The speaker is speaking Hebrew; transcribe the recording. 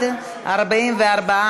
באסל גטאס ועבדאללה אבו מערוף,